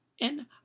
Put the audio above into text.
And